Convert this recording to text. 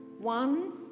One